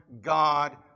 God